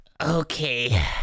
Okay